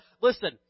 listen